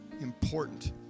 important